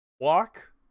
walk